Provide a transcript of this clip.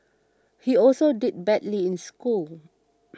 he also did badly in school